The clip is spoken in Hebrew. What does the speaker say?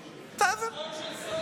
אבל אתם לא מסכימים.